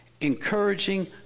encouraging